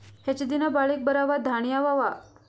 ಹೆಚ್ಚ ದಿನಾ ಬಾಳಿಕೆ ಬರಾವ ದಾಣಿಯಾವ ಅವಾ?